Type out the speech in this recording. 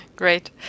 Great